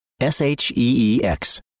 S-H-E-E-X